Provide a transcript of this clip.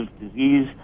disease